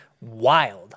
wild